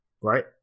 right